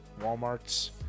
Walmarts